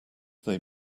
they